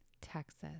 texas